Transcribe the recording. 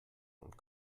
und